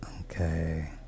okay